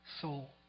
soul